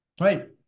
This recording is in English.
right